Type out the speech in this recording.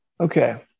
Okay